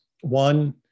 One